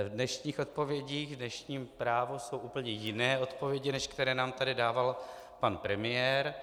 V dnešních odpovědích v dnešním Právu jsou úplně jiné odpovědi, než které nám tady dával pan premiér.